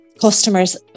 customers